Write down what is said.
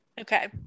okay